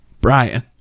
Brian